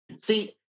See